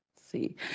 see